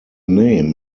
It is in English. name